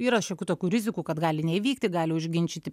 yra šiokių tokių rizikų kad gali neįvykti gali užginčyti